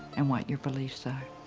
and what your beliefs are.